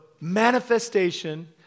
manifestation